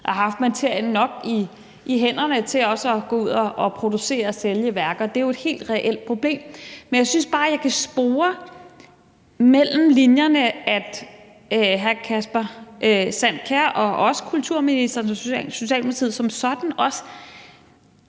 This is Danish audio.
at have haft materien nok i hænderne til også at gå ud og producere og sælge værker. Det er jo et helt reelt problem. Men jeg synes bare, at jeg kan spore mellem linjerne, at hr. Kasper Sand Kjær og også kulturministeren og Socialdemokratiet som sådan